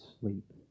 sleep